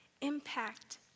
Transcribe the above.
impact